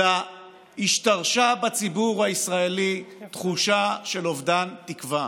אלא השתרשה בציבור הישראלי תחושה של אובדן תקווה.